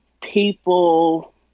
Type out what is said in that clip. people